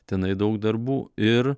tenai daug darbų ir